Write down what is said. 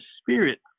spirit